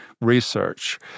research